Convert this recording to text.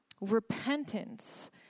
Repentance